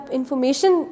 information